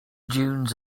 dunes